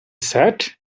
sat